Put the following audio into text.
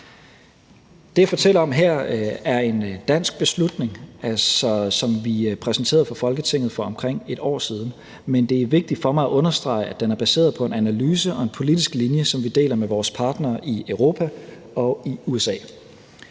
som jeg fortæller om her, er en dansk beslutning, som vi præsenterede for Folketinget for omkring et år siden, men det er vigtigt for mig at understrege, at den er baseret på en analyse og en politisk linje, som vi deler med vores partnere i Europa og i USA.